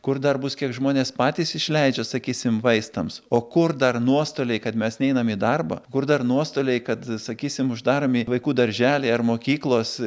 kur dar bus kiek žmonės patys išleidžia sakysim vaistams o kur dar nuostoliai kad mes neiname į darbą kur dar nuostoliai kad sakysim uždaromi vaikų darželį ar mokyklos